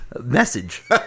message